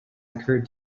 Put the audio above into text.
occurred